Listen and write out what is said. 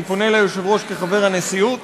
אני פונה ליושב-ראש כחבר הנשיאות